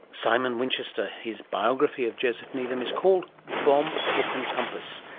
simon winchester. his biography of joseph needham is called bomb, book and compass,